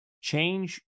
change